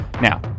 Now